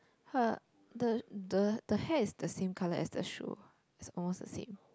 her the the the hair is the same colour as the shoe is almost the same